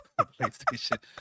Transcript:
PlayStation